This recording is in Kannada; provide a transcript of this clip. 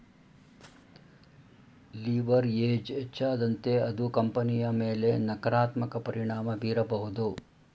ಲಿವರ್ಏಜ್ ಹೆಚ್ಚಾದಂತೆ ಅದು ಕಂಪನಿಯ ಮೇಲೆ ನಕಾರಾತ್ಮಕ ಪರಿಣಾಮ ಬೀರಬಹುದು